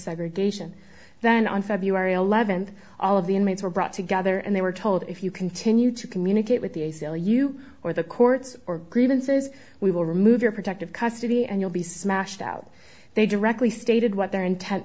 segregation then on february eleventh all of the inmates were brought together and they were told if you continue to communicate with the a c l u or the courts or grievances we will remove your protective custody and you'll be smashed out they directly stated what their intent